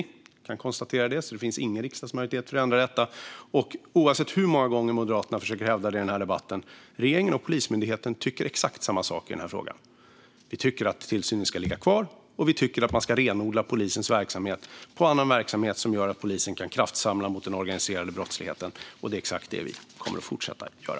Vi kan alltså konstatera att det inte finns någon riksdagsmajoritet för att ändra detta. Och oavsett hur många gånger Moderaterna försöker hävda motsatsen i den här debatten: Regeringen och Polismyndigheten tycker exakt samma sak i den här frågan. Vi tycker att ansvaret för tillsynen ska ligga kvar hos polisen, och vi tycker att man ska renodla polisens verksamhet på ett sätt som gör att polisen kan kraftsamla mot den organiserade brottsligheten. Det är exakt detta som vi kommer att fortsätta göra.